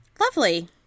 Lovely